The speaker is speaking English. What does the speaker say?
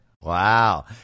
Wow